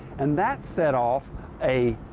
and that set off a